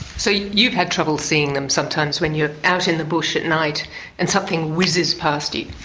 so you've had trouble seeing them sometimes when you're out in the bush at night and something whizzes past you.